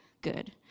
good